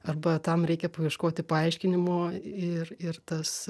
arba tam reikia paieškoti paaiškinimo ir ir tas